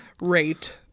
rate